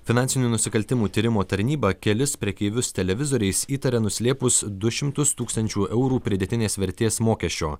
finansinių nusikaltimų tyrimo tarnyba kelis prekeivius televizoriais įtaria nuslėpus du šimtus tūkstančių eurų pridėtinės vertės mokesčio